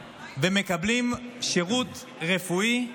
החולים לא יודעות לדבר האחת עם השנייה.